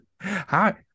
Hi